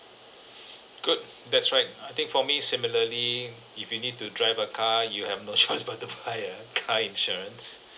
good that's right uh I think for me similarly if you need to drive a car you have no choice but to buy a car insurance